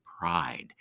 Pride